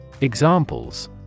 Examples